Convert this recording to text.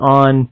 on